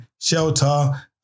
shelter